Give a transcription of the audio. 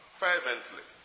fervently